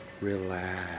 relax